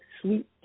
Sweet